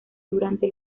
durante